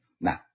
Now